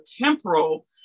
temporal